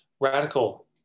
radical